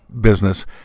business